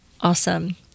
awesome